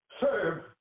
serve